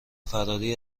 فراری